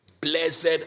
Blessed